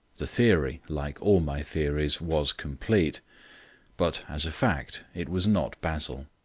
the theory, like all my theories, was complete but as a fact it was not basil.